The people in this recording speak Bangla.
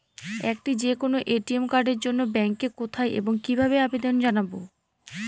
একটি যে কোনো এ.টি.এম কার্ডের জন্য ব্যাংকে কোথায় এবং কিভাবে আবেদন জানাব?